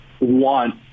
want